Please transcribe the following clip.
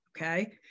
okay